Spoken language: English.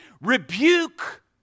rebuke